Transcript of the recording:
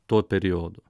tuo periodu